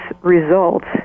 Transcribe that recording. results